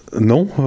Non